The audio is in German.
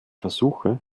versuche